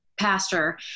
pastor